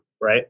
right